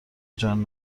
جان